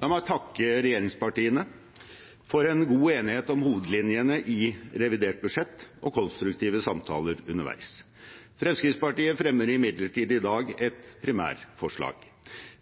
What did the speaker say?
La meg takke regjeringspartiene for en god enighet om hovedlinjene i revidert budsjett og konstruktive samtaler underveis. Fremskrittspartiet fremmer imidlertid i dag et primærforslag.